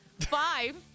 Five